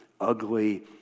ugly